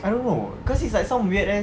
I don't know cause he's like some weird ass